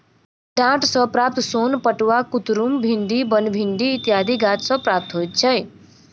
डांट सॅ प्राप्त सोन पटुआ, कुतरुम, भिंडी, बनभिंडी इत्यादि गाछ सॅ प्राप्त होइत छै